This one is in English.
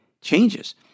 changes